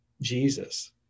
Jesus